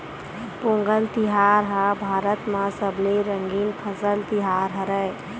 पोंगल तिहार ह भारत म सबले रंगीन फसल तिहार हरय